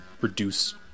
reduce